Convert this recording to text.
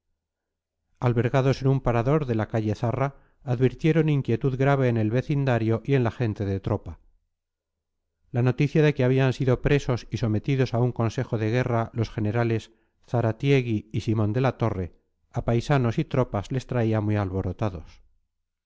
albergados en un parador de la calle zarra advirtieron inquietud grave en el vecindario y en la gente de tropa la noticia de que habían sido presos y sometidos a un consejo de guerra los generales zaratiegui y simón de la torre a paisanos y tropas les traía muy alborotados